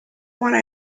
one